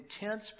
intense